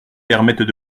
permettent